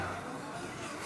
הינה, הינה אנחנו פה שוב.